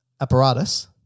apparatus